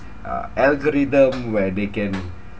uh algorithm where they can